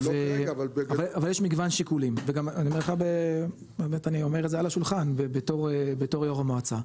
אבל יש מגוון שיקולים וגם אני אומר לך על השולחן בתור יו"ר המועצה,